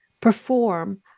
perform